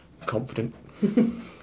confident